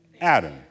Adam